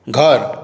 घर